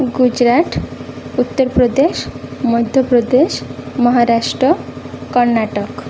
Gujarat Uttar Pradesh Madhya Pradesh Maharashtra Karnataka